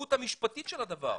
למהות המשפטית של הדבר.